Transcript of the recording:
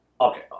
Okay